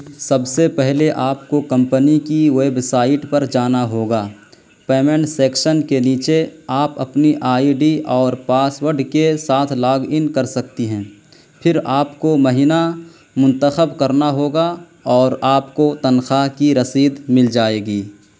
سب سے پہلے آپ کو کمپنی کی ویب سائٹ پر جانا ہوگا پیمنٹ سیکشن کے نیچے آپ اپنی آئی ڈی اور پاس ورڈ کے ساتھ لاگ ان کر سکتی ہیں پھر آپ کو مہینہ منتخب کرنا ہوگا اور آپ کو تنخواہ کی رسید مل جائے گی